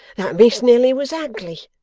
that miss nelly was ugly,